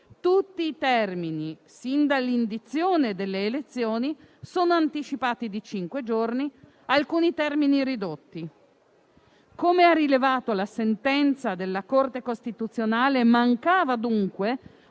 Tutti i termini, sin dall'indizione delle elezioni, sono anticipati di cinque giorni e alcuni sono stati ridotti. Come ha rilevato la citata sentenza della Corte costituzionale, mancava dunque